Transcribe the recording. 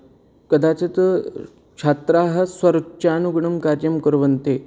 कदाचित् छात्राः स्वरुच्यानुगुणं कार्यं कुर्वन्ति